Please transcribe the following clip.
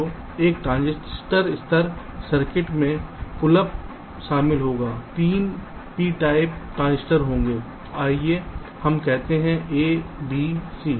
तो एक ट्रांजिस्टर स्तर सर्किट में पुल अप शामिल होगा 3 P टाइप ट्रांजिस्टर होंगे आइए हम कहते हैं A B C